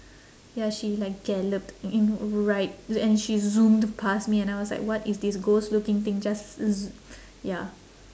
ya she like galloped in right and she zoomed past me and I was like what is this ghost looking thing just z~ ya